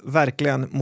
verkligen